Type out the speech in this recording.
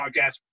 podcast